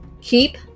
keep